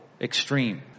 extreme